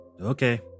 Okay